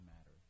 matter